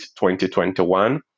2021